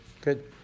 Good